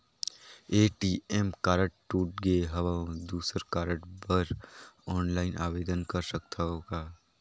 ATM card टूट गे हववं दुसर कारड बर ऑनलाइन आवेदन कर सकथव का?